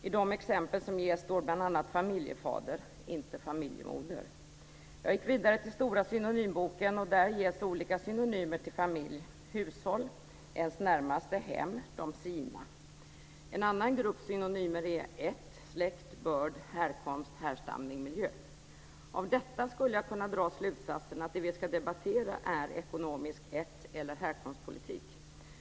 I de exempel som ges står det bl.a. familjefader - inte familjemoder. Jag gick vidare till Stora Synonymordboken. Där ges olika synonymer till familj: hushåll, ens närmaste, hem, de sina. En annan grupp synonymer är: ätt, släkt, börd, härkomst, härstamning, miljö. Av detta skulle jag kunna dra slutsatsen att det vi ska debattera om är ekonomisk ätt eller härkomstpolitik.